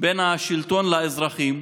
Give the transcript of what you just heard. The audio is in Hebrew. בין השלטון לאזרחים,